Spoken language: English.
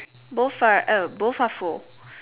both are oh both are full